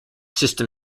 system